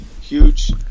huge